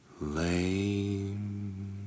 Lame